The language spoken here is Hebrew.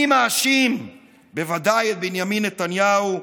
אני מאשים בוודאי את בנימין נתניהו,